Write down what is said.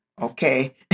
okay